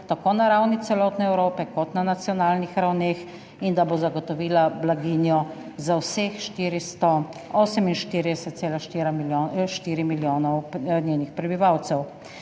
tako na ravni celotne Evrope kot na nacionalnih ravneh in da bo zagotovila blaginjo za vseh 48,4, milijona svojih prebivalcev.